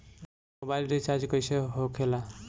Mobile recharge कैसे होखे ला?